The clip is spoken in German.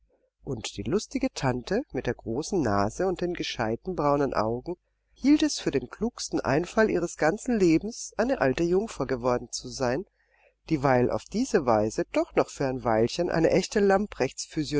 und die lustige tante mit der großen nase und den gescheiten braunen augen hielt es für den klügsten einfall ihres ganzen lebens eine alte jungfer geworden zu sein dieweil auf diese weise doch noch für ein weilchen eine echte